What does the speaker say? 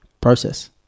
process